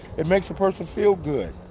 it makes a person feel good,